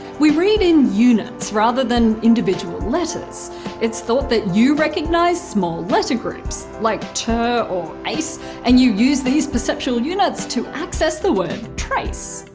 we read in units rather than individual letters it's thought that you recognise small letter groups like tr or ace and you use these perceptual units to access the word trace.